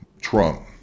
Trump